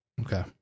Okay